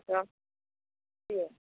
हमसब की